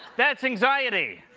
that's anxiety.